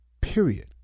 period